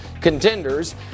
contenders